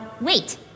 Wait